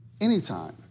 Anytime